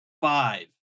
five